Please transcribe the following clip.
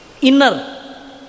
Inner